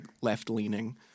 left-leaning